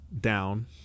down